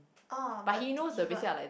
oh but did you got